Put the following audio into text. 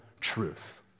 truth